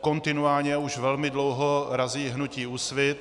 kontinuálně a už velmi dlouho razí hnutí Úsvit.